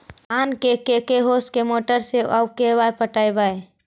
धान के के होंस के मोटर से औ के बार पटइबै?